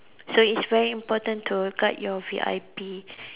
so it's very important to guard your V_I_P